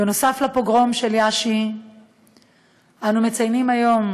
בנוסף לפוגרום יאשי אנו מציינים היום